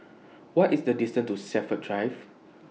What IS The distance to Shepherds Drive